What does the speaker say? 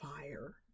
fire